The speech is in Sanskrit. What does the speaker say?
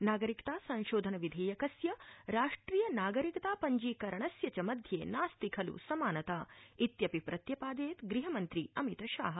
नागरिकता संशोधन विधेयकस्य राष्ट्रिय नागरिकता पञ्जीकरणस्य च मध्ये नास्ति खलु समानता इत्यपि प्रत्यपादयत् गृहमन्त्री अमितशाह